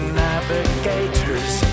navigators